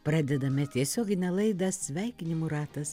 pradedame tiesioginę laidą sveikinimų ratas